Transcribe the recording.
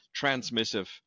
transmissive